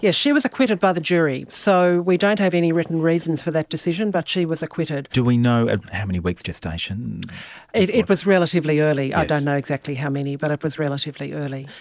yeah she was acquitted by the jury. so we don't have any written reasons for that decision, but she was acquitted. do we know ah how many weeks gestation it was? it was relatively early, i don't know exactly how many, but it was relatively early.